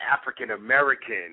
African-American